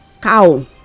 cow